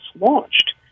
launched